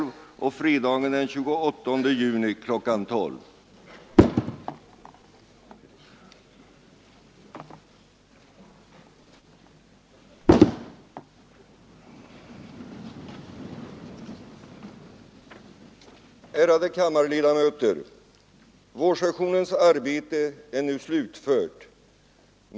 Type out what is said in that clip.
Vårsessionens arbete är nu slutfört.